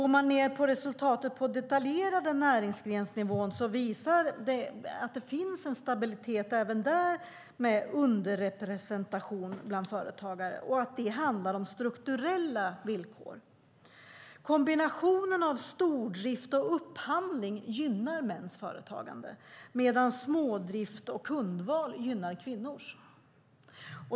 Resultatet på en detaljerad näringsgrensnivå visar att det finns en stabilitet även där när det gäller underrepresentation bland företagare, och det handlar om strukturella villkor. Kombinationen av stordrift och upphandling gynnar mäns företagande, medan smådrift och kundval gynnar kvinnors.